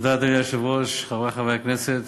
אדוני היושב-ראש, תודה, חברי חברי הכנסת,